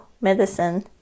medicine